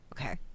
Okay